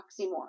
oxymoron